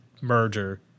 merger